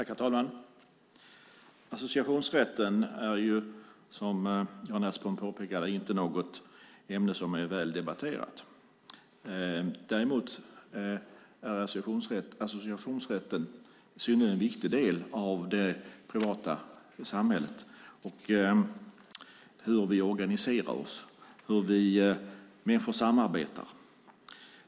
Herr talman! Associationsrätten är, som Jan Ertsborn påpekade, inte något ämne som är väl debatterat. Däremot är associationsrätten en synnerligen viktig del av det privata samhället - hur vi organiserar oss och hur vi människor samarbetar.